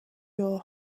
your